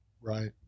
right